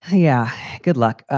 yeah. good luck.